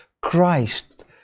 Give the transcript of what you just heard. Christ